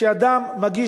כשאדם מגיש,